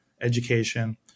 education